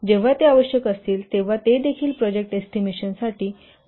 जेव्हा ते आवश्यक असतील तेव्हा हे देखील प्रोजेक्ट एस्टिमेशन साठी महत्त्वपूर्ण बाबी आहेत